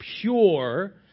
pure